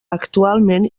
actualment